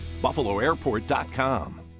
BuffaloAirport.com